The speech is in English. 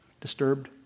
disturbed